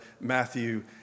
Matthew